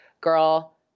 girl